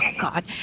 God